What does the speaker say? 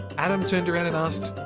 adam turned around and asked,